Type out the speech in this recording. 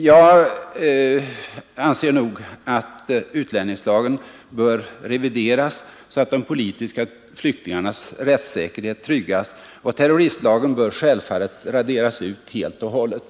Jag anser att utlänningslagen bör revideras så att de politiska flyktingarnas rättssäkerhet tryggas. Terroristlagen bör självfallet raderas ut helt och hållet.